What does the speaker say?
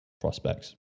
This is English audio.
prospects